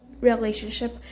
relationship